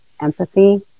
empathy